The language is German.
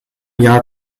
jahr